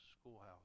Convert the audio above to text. schoolhouse